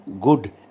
good